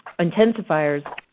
intensifiers